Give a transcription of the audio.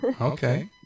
okay